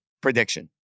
prediction